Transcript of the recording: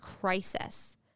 crisis